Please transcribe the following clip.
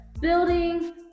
building